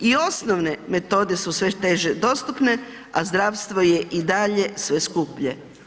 I osnovne metode su sve teže dostupne, a zdravstvo je i dalje sve skuplje.